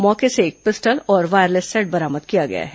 मौके से एक पिस्टल और वायरलेस सेट बरामद किया गया है